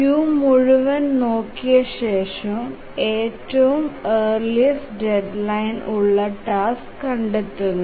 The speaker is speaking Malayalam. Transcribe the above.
ക്യൂ മുഴുവൻ നോക്കിയ ശേഷം ഏറ്റവും ഏർലിസ്റ് ഡെഡ്ലൈൻ ഉള്ള ടാസ്ക് കണ്ടെത്തുന്നു